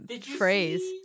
phrase